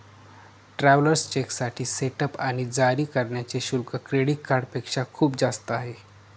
travellers चेकसाठी setup आणि जारी करण्याचे शुल्क क्रेडिट कार्डपेक्षा खूप जास्त आहे